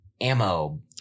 Ammo